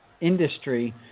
industry